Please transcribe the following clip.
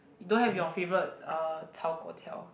you don't have your favourite uh 炒果条